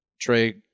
Trey